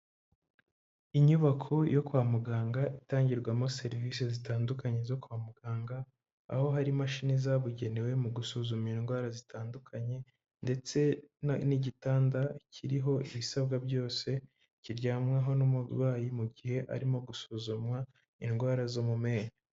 Inyubako yo kwa muganga itangirwamo serivisi zitandukanye zo kwa muganga, aho hari imashini zabugenewe mu gusuzuma indwara zitandukanye. ndetse n'igitanda kiriho ibisabwa byose, kiryamwaho n'umurwayi mu gihe arimo gusuzumwa indwara zo mu menyo.